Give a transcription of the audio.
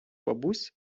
бабусь